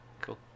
Cool